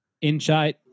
Inside